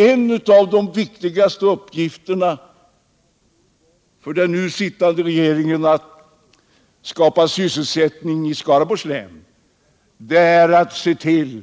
En av de viktigaste uppgifterna för den nu sittande regeringen för att skapa sysselsättning i Skaraborgs län är att se till